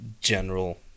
general